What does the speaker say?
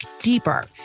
deeper